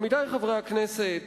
עמיתי חברי הכנסת,